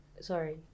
Sorry